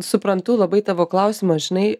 suprantu labai tavo klausimą žinai